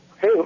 hey